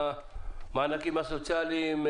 המענקים הסוציאליים,